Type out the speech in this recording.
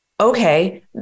okay